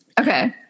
okay